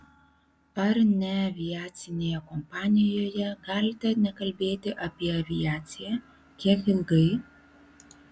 ar neaviacinėje kompanijoje galite nekalbėti apie aviaciją kiek ilgai